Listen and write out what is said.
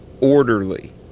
orderly